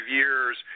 years